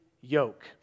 yoke